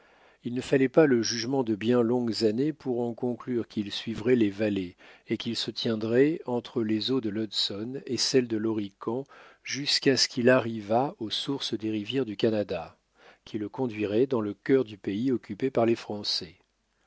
il ne fallait pas le jugement de bien longues années pour en conclure qu'il suivrait les vallées et qu'il se tiendrait entre les eaux de l'hudson et celles de l'horican jusqu'à ce qu'il arrivât aux sources des rivières du canada qui le conduiraient dans le cœur du pays occupé par les français